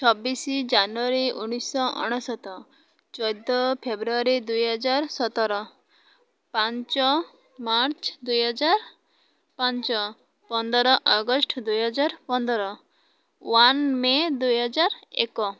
ଛବିଶି ଜାନୁଆରୀ ଉଣେଇଶହ ଅନେଶତ ଚଉଦ ଫେବୃଆରୀ ଦୁଇହଜାର ସତର ପାଞ୍ଚ ମାର୍ଚ୍ଚ ଦୁଇହଜାର ପାଞ୍ଚ ପନ୍ଦର ଅଗଷ୍ଟ ଦୁଇହଜାର ପନ୍ଦର ୱାନ୍ ମେ ଦୁଇହଜାର ଏକ